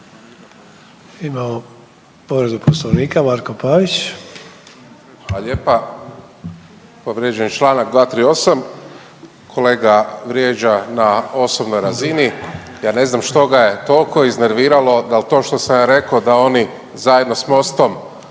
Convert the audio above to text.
Marko Pavić. **Pavić, Marko (HDZ)** Hvala lijepa. Povrijeđen je članak 238. Kolega vrijeđa na osobnoj razini, ja ne znam što ga je toliko iznervirao dal to što sam ja rekao da oni zajedno s MOST-om